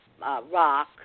Rock